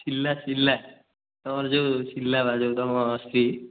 ସିଲା ସିଲା ତୁମର ଯେଉଁ ସିଲା ବା ଯେଉଁ ତୁମର ସ୍ତ୍ରୀ